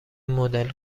مدل